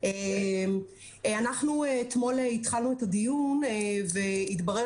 אנחנו אתמול התחלנו את הדיון והתברר